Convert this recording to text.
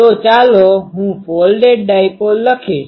તો ચાલો હું ફોલ્ડેડ ડાઈપોલ લખીશ